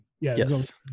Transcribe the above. Yes